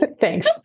Thanks